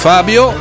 Fabio